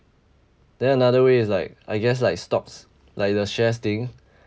then another way is like I guess like stocks like the shares thing